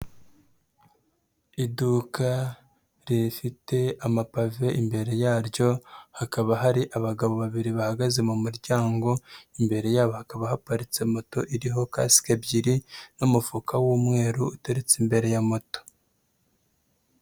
Iduka rifite amapave imbere yaryo hakaba hari abagabo babiri bahagaze mu muryango, imbere yabo haba haparitse moto iriho kasike ebyiri n'umufuka w'umweru uteretse imbere ya moto.